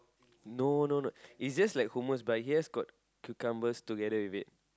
no no its just like hummus but it has got cucumbers together with it